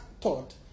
thought